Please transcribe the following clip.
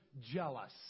Jealous